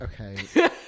Okay